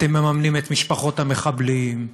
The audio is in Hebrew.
אתם מממנים את משפחות המחבלים,